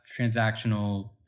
transactional